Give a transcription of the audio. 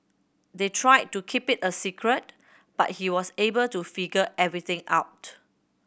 they tried to keep it a secret but he was able to figure everything out